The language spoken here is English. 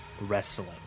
wrestling